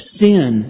sin